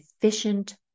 efficient